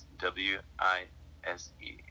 W-I-S-E